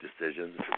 decisions